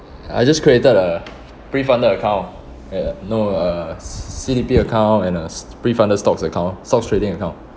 I just created a prefunded account uh no uh C~ C_D_P account and a prefunded stocks account stocks trading account